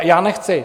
Já nechci.